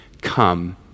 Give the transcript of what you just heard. come